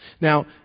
Now